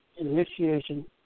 initiation